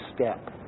step